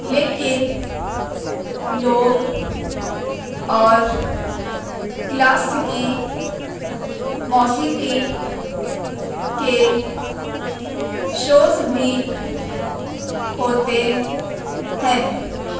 لیکن لوگ اور کلاسکی موسیقی کے شوز بھی ہوتے ہیں